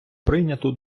прийнято